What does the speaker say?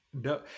No